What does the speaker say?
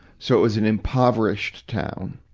so it was an impoverished town.